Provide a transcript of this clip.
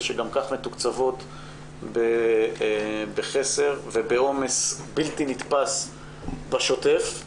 שגם כך מתוקצבים בחסר ובעומס בלתי נתפס בשוטף,